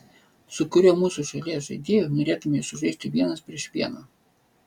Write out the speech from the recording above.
su kuriuo mūsų šalies žaidėju norėtumei sužaisti vienas prieš vieną